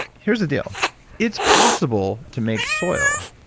here's the deal it's possible to make soil,